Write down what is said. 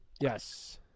Yes